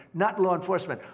not law enforcement.